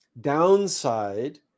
downside